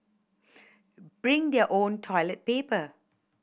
bring their own toilet paper